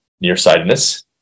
nearsightedness